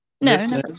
No